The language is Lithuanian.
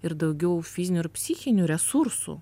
ir daugiau fizinių ir psichinių resursų